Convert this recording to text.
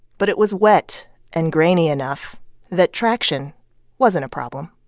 but it was wet and grainy enough that traction wasn't a problem.